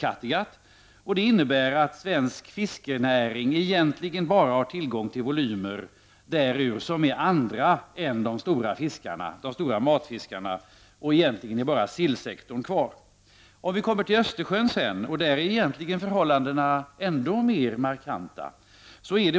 Detta innebär att svensk fiskerinäring bara har tillgång till volymer därutöver som består av andra arter än de stora matfiskarna, så egentligen är det bara sillsektorn som är kvar. I Östersjön är förhållandena ännu mera markanta.